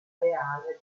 areale